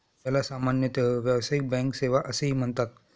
याला सामान्यतः व्यावसायिक बँक सेवा असेही म्हणतात